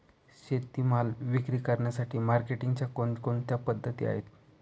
शेतीमाल विक्री करण्यासाठी मार्केटिंगच्या कोणकोणत्या पद्धती आहेत?